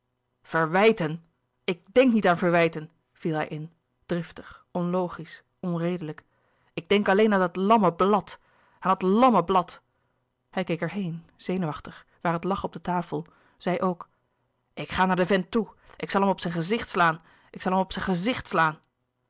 verwijten ik denk niet aan verwijten viel hij in driftig onlogisch onredelijk ik denk alleen aan dat lamme blad aan dat lamme blad hij keek er heen zenuwachtig waar het lag op de tafel zij ook ik ga naar den vent toe ik zal hem op zijn gezicht ik zal hem op zijn gezicht slaan